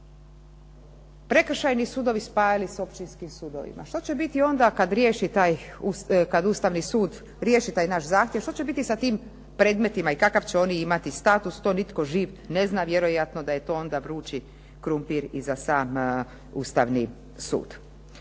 prekršajni sudovi spajali s općinskim sudovima. Što će biti onda kad riješi taj, kad Ustavni sud riješi taj naš zahtjev, što će biti sa tim predmetima i kakav će oni imati status to nitko živ ne zna, vjerojatno da je to onda vrući krumpir i za sam Ustavni sud.